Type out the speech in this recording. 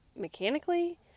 mechanically